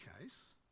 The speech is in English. case